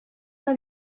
que